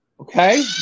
okay